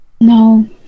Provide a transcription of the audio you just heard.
No